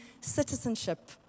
citizenship